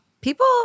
People